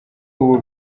ubu